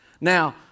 Now